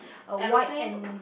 aeroplane